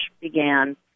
began